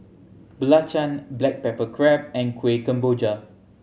belacan black pepper crab and Kueh Kemboja